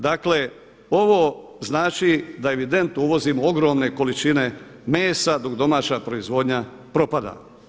Dakle ovo znači da evidentno uvozimo ogromne količine mesa dok domaća proizvodnja propada.